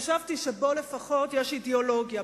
חשבתי שבו לפחות יש אידיאולוגיה,